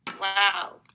Wow